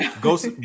Ghost